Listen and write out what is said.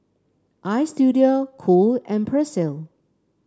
Istudio Cool and Persil